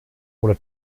oder